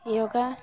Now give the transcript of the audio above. ᱡᱳᱜᱟ